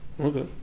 Okay